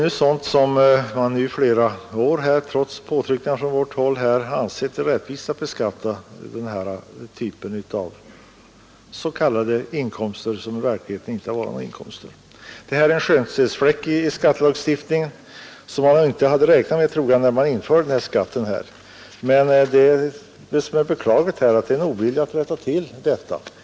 I flera år har man trots påtryckningar från vårt håll beskattat den här typen av s.k. inkomster, som dock i verkligheten inte har varit några inkomster. Det här är en skönhetsfläck i skattelagstiftningen, som jag tror att man inte hade räknat med när denna beskattning infördes. Det beklagliga är oviljan att rätta till felet.